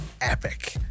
epic